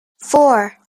four